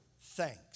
thanks